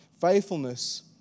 Faithfulness